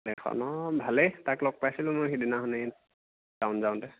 লেখনৰ ভালেই তাক লগ পাইছিলোঁ মই সেইদিনাখনি টাউন যাওঁতে